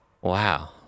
wow